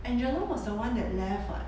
angela was the one that left [what]